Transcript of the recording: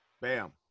bam